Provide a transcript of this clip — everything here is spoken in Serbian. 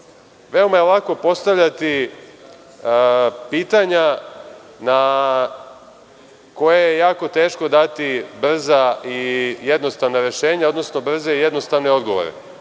veoma je lako postavljati pitanja na koje je jako teško dati brza i jednostavna rešenja, odnosno brze i jednostavne odgovore.